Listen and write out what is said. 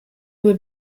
would